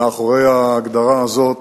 מאחורי ההגדרה הזאת